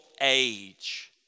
age